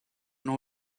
nos